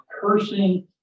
cursing